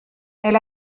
elle